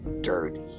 dirty